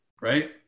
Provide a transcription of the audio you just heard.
right